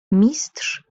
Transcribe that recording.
mistrz